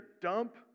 dump